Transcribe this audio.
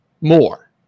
More